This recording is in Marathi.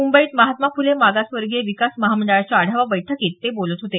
मुंबईत महात्मा फुले मागासवर्गीय विकास महामंडळाच्या आढावा बैठकीत ते बोलत होते